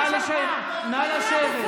נא לשבת.